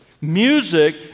Music